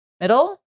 Middle